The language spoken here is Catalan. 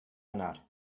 anar